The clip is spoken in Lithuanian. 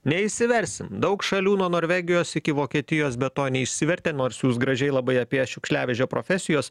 neišsiversim daug šalių nuo norvegijos iki vokietijos be to neišsivertė nors jūs gražiai labai apie šiukšliavežio profesijos